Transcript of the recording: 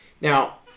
Now